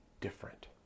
different